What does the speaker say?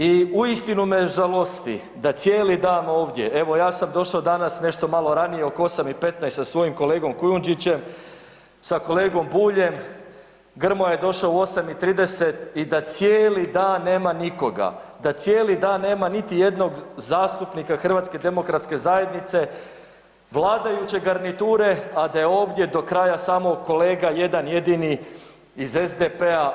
I uistinu me žalosti da cijeli dan ovdje, evo ja sam došao danas nešto malo ranije oko 8 i 15 sa svojim kolegom Kujundžićem, sa kolegom Buljem, Grmoja je došao u 8 i 30 i da cijeli dan nema nikoga, da cijeli dan nema niti jednog zastupnika HDZ-a, vladajuće garniture, a da je ovdje do kraja samo kolega jedan jedini iz SDP-a.